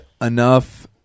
enough